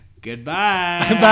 Goodbye